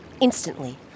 Instantly